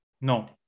no